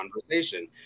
conversation